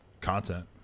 content